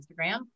Instagram